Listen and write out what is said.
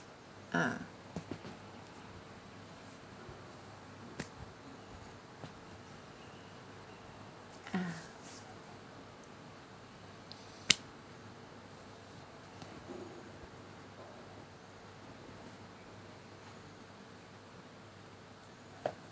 ah ah